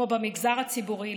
כמו במגזר הציבורי,